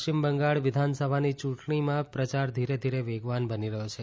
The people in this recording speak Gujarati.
પશ્ચિમ બંગાળ વિધાનસભાની યૂંટણીમાં પ્રચાર ધીરે ધીરે વેગવાન બની રહ્યો છે